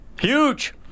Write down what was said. Huge